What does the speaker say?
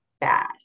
bad